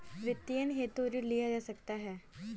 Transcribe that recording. वित्तीयन हेतु ऋण लिया जा सकता है